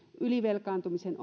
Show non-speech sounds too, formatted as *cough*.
ylivelkaantumisen *unintelligible*